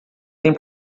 tem